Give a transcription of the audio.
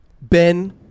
Ben